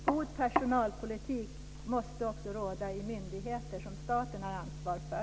God personalpolitik måste råda också i myndigheter som staten har ansvar för.